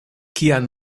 kiam